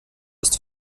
ist